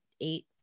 eight